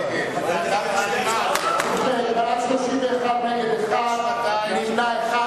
ובכן, בעד, 31, נגד, 1, נמנעים,